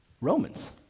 Romans